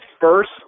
first